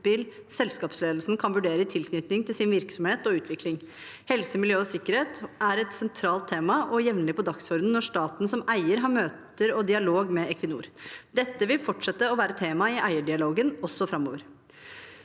selskapsledelsen kan vurdere i tilknytning til sin virksomhet og utvikling. Helse, miljø og sikkerhet er et sentralt tema og jevnlig på dagsordenen når staten som eier har møter og dialog med Equinor. Dette vil fortsette å være tema i eierdialogen også framover.